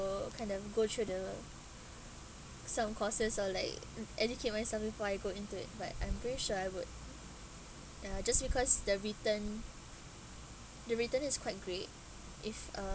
will kind of go through the some courses or like mm educate myself before I go into it but I'm pretty sure I would uh just because the return the return is quite great if uh